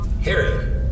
Harry